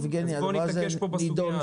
אז בואו נתעקש פה בסוגיה הזו.